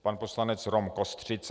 Pan poslanec Rom Kostřica.